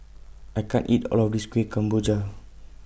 I can't eat All of This Kuih Kemboja